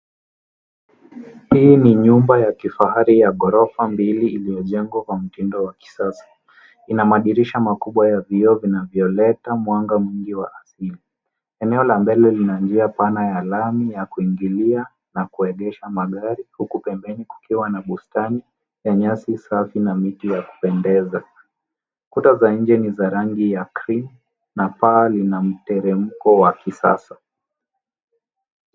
Hii ni nyumba ya kifahari ya ghorofa mbili iliyojengwa kwa mtindo wa kisasa. Ina madirisha makubwa ya vioo vinavyoleta mwanga mwingi wa asili. Eneo la mbele lina njia pana ya lami ya kuingilia na kuegesha magari, huku pembeni kukiwa na bustani ya nyasi safi na miti ya kupendeza. Kuta za nje ni za rangi ya cream , na paa lina mteremko wa kisasa.